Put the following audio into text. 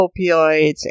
opioids